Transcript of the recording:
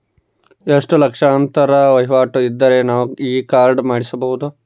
ಎಷ್ಟು ಲಕ್ಷಾಂತರ ವಹಿವಾಟು ಇದ್ದರೆ ನಾವು ಈ ಕಾರ್ಡ್ ಮಾಡಿಸಬಹುದು?